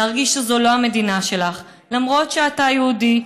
להרגיש שזאת לא המדינה שלך למרות שאתה יהודי,